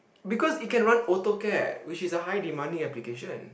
because it can run Autocad which is a high demanding application